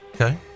Okay